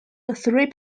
three